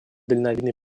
дальновидный